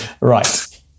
Right